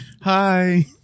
Hi